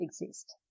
exist